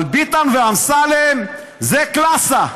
אבל ביטן ואמסלם, זה קלאסה.